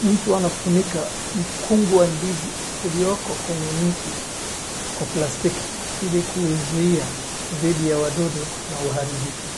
mtu anafunika mkungu wa ndizi uliokoo kwenye mti kwa plastiki ili kuizuia dhidi ya wadudu na uharibifu